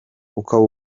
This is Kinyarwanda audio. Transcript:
ukaba